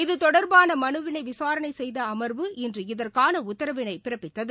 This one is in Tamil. இது தொடர்பானமனுவினைவிசாரணைசெய்தஅமர்வு இன்று இதற்கானஉத்தரவினைபிறப்பித்தது